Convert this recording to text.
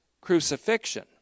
crucifixion